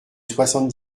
soixante